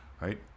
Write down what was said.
right